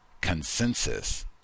consensus